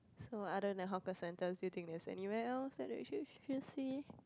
so other than hawker centers do you think there is anywhere else that we should should see